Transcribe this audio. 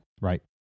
Right